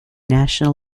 national